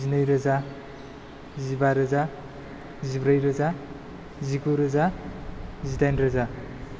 जिनै रोजा जिबा रोजा जिब्रै रोजा जिगु रोजा जिदाइन रोजा